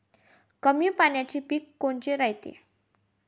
कमी पाण्याचे पीक कोनचे रायते?